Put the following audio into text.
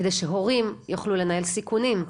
כדי שהורים יוכלו לנהל סיכונים,